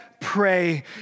pray